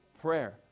Prayer